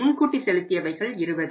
முன்கூட்டி செலுத்தியவைகள் 20